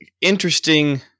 interesting